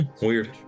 Weird